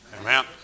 amen